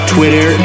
Twitter